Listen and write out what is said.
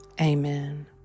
Amen